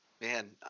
Man